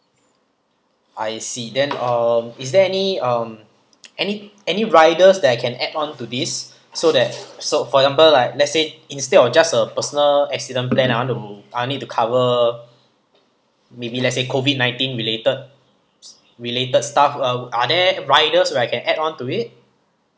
I see then uh is there any um any any riders that I can add on to this so that so for example like let's say instead of just a personal accident plan I want to I need to cover maybe let's say COVID nineteen related s~ related stuff uh are there riders where I can add on to it